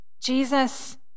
Jesus